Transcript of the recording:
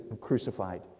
crucified